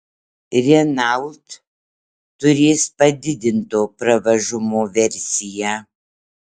renault turės padidinto pravažumo versiją